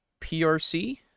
PRC